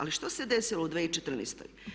Ali što se desilo u 2014.